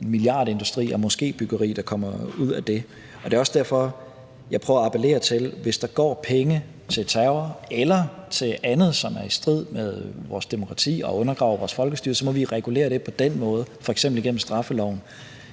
milliardindustri og moskébyggeri, der kommer ud af det. Det er også derfor, jeg prøver at appellere til, at hvis der går penge til terror eller til andet, som er i strid med vores demokrati og undergraver vores folkestyre, så må vi f.eks. regulere det gennem straffeloven.